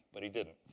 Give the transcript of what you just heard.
but he didn't.